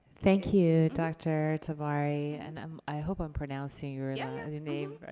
thank you, dr. tabari. and um i hope i'm pronouncing your yeah and name right.